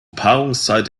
paarungszeit